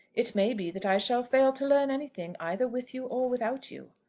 it may be that i shall fail to learn anything either with you or without you.